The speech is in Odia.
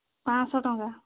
ପାଞ୍ଚଶହ ଟଙ୍କା